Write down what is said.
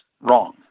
wrong